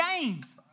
games